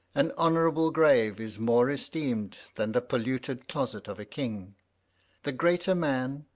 an honorable grave is more esteemed than the polluted closet of a king the greater man,